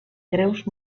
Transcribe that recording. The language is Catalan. greus